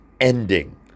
ending